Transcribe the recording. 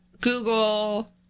Google